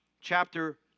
chapter